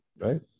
Right